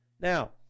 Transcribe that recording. Now